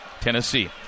Tennessee